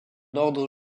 ordre